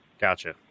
Gotcha